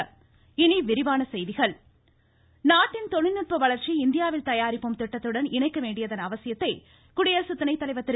வெங்கய்ய நாயுடு நாட்டின் தொழில்நுட்ப வளர்ச்சி இந்தியாவில் தயாரிப்போம் திட்டத்துடன் இணைக்க வேண்டியதன் அவசியத்தை குடியரசு துணைத்தலைவா் திரு